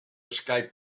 escape